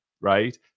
right